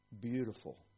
beautiful